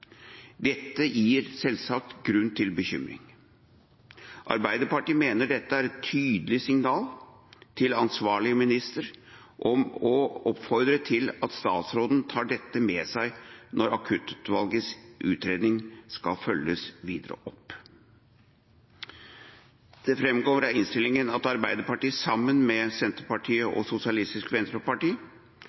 Dette gir selvsagt grunn til bekymring. Arbeiderpartiet mener dette er et tydelig signal til ansvarlig minister og oppfordrer statsråden til å ta dette med seg når Akuttutvalgets utredning skal følges videre opp. Det framgår av innstillingen at Arbeiderpartiet, sammen med Senterpartiet og Sosialistisk Venstreparti,